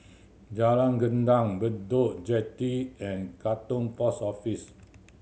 Jalan Gendang Bedok Jetty and Katong Post Office